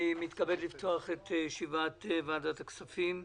אני מתכבד לפתוח את ישיבת ועדת הכספים.